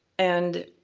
and,